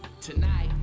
Tonight